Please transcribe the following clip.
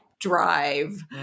drive